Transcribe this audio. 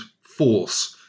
force